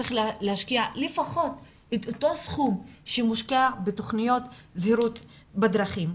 צריך להשקיע לפחות את אותו סכום שמושקע בתכניות הזהירות בדרכים.